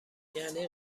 یعنی